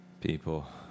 People